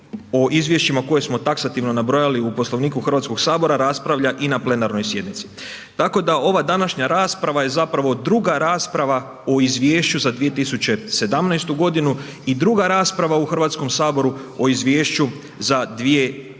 o Izvješćima koje smo taksativno nabrojali u Poslovniku Hrvatskog sabora, raspravlja i na plenarnoj sjednici. Tako da ova današnja rasprava je zapravo druga rasprava o Izvješću za 2017.-tu godinu i druga rasprava u Hrvatskom saboru o Izvješću za 2018.-tu godinu.